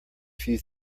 few